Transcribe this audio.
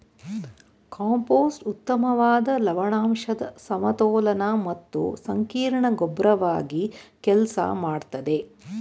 compost ಉತ್ತಮ್ವಾದ ಲವಣಾಂಶದ್ ಸಮತೋಲನ ಮತ್ತು ಸಂಕೀರ್ಣ ಗೊಬ್ರವಾಗಿ ಕೆಲ್ಸ ಮಾಡ್ತದೆ